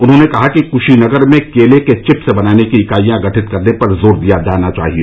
उन्होंने कहा कि क्शीनगर में केले के चिप्स बनाने की इकाईयां गठित करने पर जोर दिया जाना चाहिए